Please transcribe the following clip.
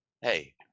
Hey